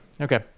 Okay